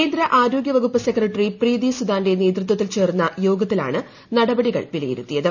കേന്ദ്ര ആരോഗ്യവകുപ്പ് സെക്രട്ടറി പ്രീതി സ്ുഡാന്റെ നേതൃത്വത്തിൽ ചേർന്ന യോഗത്തിലാണ് നടപടികൾ വില്യിരുത്തിയത്